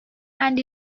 and